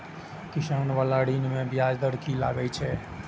किसान बाला ऋण में ब्याज दर कि लागै छै?